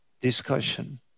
discussion